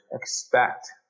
expect